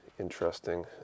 interesting